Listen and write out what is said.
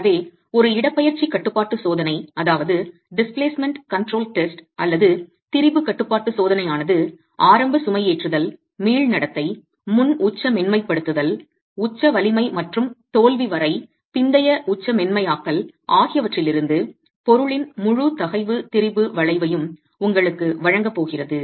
எனவே ஒரு இடப்பெயர்ச்சி கட்டுப்பாட்டு சோதனை அல்லது திரிபு கட்டுப்பாட்டு சோதனையானது ஆரம்ப சுமைஏற்றுதல் மீள் நடத்தை முன் உச்ச மென்மைப்படுத்துதல் உச்ச வலிமை மற்றும் தோல்வி வரை பிந்தைய உச்ச மென்மையாக்கல் ஆகியவற்றிலிருந்து பொருளின் முழு தகைவு திரிபு வளைவையும் உங்களுக்கு வழங்கப் போகிறது